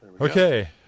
Okay